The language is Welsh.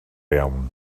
iawn